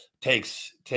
takes